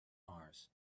mars